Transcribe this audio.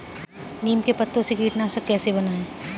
नीम के पत्तों से कीटनाशक कैसे बनाएँ?